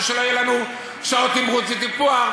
ושלא יהיו לנו שעות תמרוץ וטיפוח,